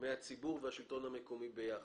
מהציבור והשלטון המקומי ביחד.